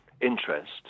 interest